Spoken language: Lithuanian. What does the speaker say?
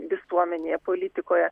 visuomenėje politikoje